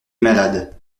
malade